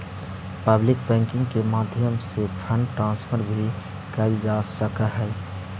public banking के माध्यम से फंड ट्रांसफर भी कैल जा सकऽ हइ